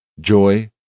joy